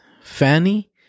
Fanny